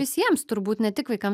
visiems turbūt ne tik vaikam